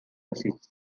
assists